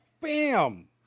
Bam